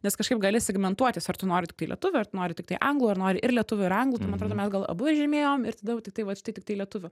nes kažkaip gali segmentuotis ar tu nori tiktai lietuvių ar tu nori tiktai anglų ar nori ir lietuvių ir anglų tai man atrodo mes gal abu žymėjom ir tada jau tiktai vat štai tiktai lietuvių